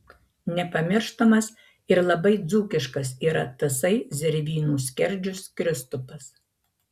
nepamirštamas ir labai dzūkiškas yra tasai zervynų skerdžius kristupas